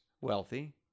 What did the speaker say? wealthy